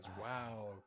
Wow